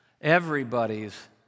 everybody's